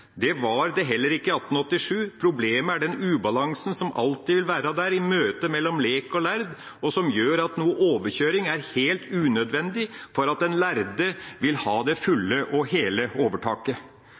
Det var det heller ikke i 1887. Problemet er den ubalansen som alltid vil være der i møtet mellom lek og lærd, og som gjør at overkjøring er helt unødvendig for at den lærde har det fulle og hele overtaket.